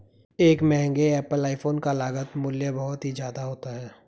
एक महंगे Apple iPhone का लागत मूल्य बहुत ही ज्यादा होता है